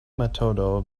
metodo